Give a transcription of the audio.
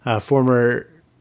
former